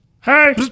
Hey